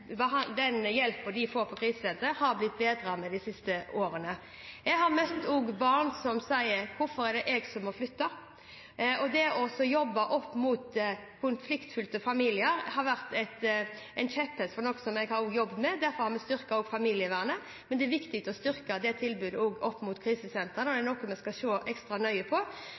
og den hjelpen barna får på krisesentrene, har blitt bedre de siste årene. Jeg har også møtt barn som sier: Hvorfor er det jeg som må flytte? Det har vært en kjepphest for meg å jobbe inn mot konfliktfylte familier. Derfor har vi også styrket familievernet. Det er viktig å styrke krisesentertilbudet, det er noe vi skal se ekstra nøye på. Det er også viktig at krisesentrene ser på det med å varsle politi og barnevern hvis det